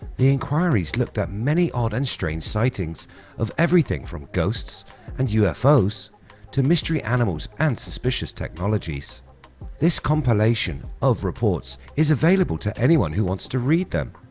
the inquires looked at many odd and strange sightings of everything from ghost and ufos to mystery animals and suspicious technologies this compilation of reports is available to anyone who wants to read them,